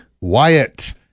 Wyatt